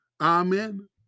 Amen